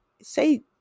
say